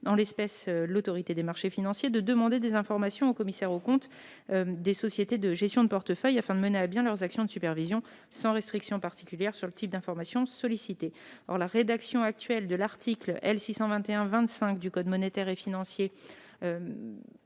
en l'espèce, l'Autorité des marchés financiers, de demander des informations aux commissaires aux comptes des sociétés de gestion de portefeuille, afin de mener à bien leurs actions de supervision, sans restriction particulière sur le type d'informations sollicitées. Or la rédaction actuelle de l'article L. 621-25 du code monétaire et financier